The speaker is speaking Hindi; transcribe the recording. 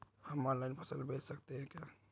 हम ऑनलाइन फसल बेच सकते हैं क्या?